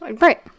Right